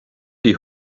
die